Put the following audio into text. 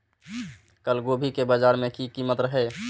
कल गोभी के बाजार में की कीमत रहे?